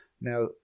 Now